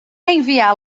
enviá